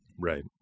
Right